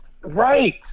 Right